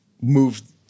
moved